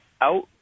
out